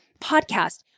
podcast